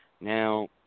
Now